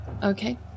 Okay